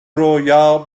رویا